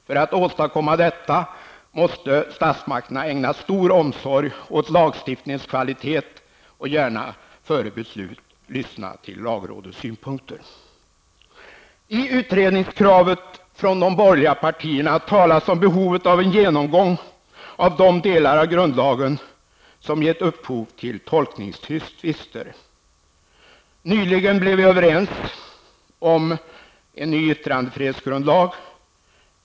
För att åstadkomma detta måste statsmakterna ägna stor omsorg åt lagstiftningens kvalitet och gärna före beslut lyssna till lagrådets synpunkter. I samband med att de borgerliga partierna för fram krav på en utredning talar man också om behovet av en genomgång av de delar av grundlagen som gett upphov till tolkningstvister. Nyligen blev vi överens om en ny yttrandefrihetsgrundlag.